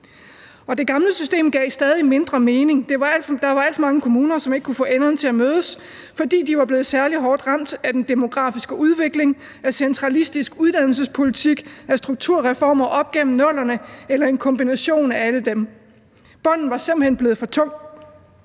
det gamle system gav stadig mindre mening. Der var alt for mange kommuner, som ikke kunne få enderne til at mødes, fordi de var blevet særlig hårdt ramt af den demografiske udvikling, af centralistisk uddannelsespolitik, af strukturreformer op igennem 00'erne, eller en kombination af det hele. Bunden var simpelt hen blevet for tung.